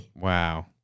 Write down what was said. Wow